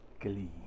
glee